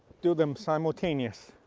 do them simultaneous.